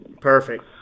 Perfect